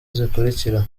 zikurikira